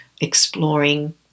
exploring